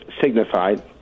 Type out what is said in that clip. signified